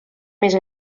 més